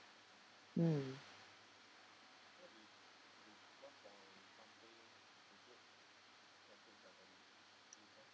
mm